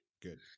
Good